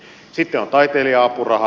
sitten on taiteilija apurahat